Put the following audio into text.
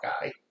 guy